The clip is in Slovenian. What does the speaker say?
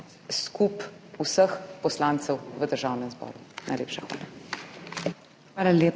skup vseh poslancev v Državnem zboru. Najlepša hvala.